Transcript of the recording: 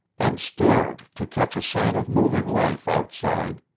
and stared to catch a sign of moving life outside.